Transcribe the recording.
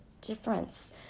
difference